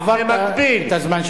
עברת את הזמן שלך.